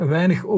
Weinig